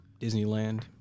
Disneyland